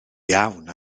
iawn